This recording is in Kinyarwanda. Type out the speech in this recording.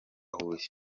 huye